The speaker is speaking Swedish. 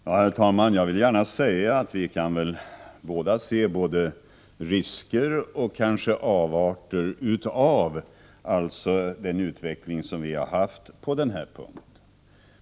Herr talman! Både Tore Claeson och jag kan väl se risker och avarter när det gäller den utveckling som vi haft på denna punkt.